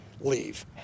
leave